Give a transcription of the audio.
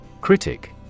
Critic